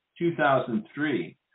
2003